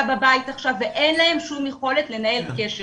בבית עכשיו' ואין להם שום יכולת לנהל קשר,